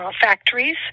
factories